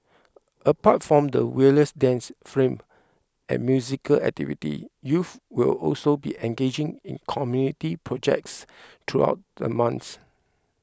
apart from the various dance film and musical activities youths will also be engaging in community projects throughout the month